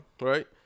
right